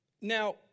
Now